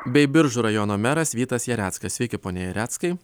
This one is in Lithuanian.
bei biržų rajono meras vytas jareckas veikė pone jareckai